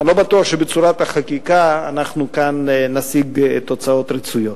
אני לא בטוח שבצורת החקיקה אנחנו כאן נשיג תוצאות רצויות.